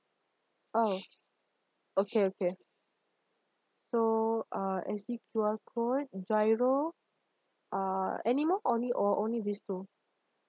oh okay okay so uh S_G Q_R code giro uh anymore only or only these two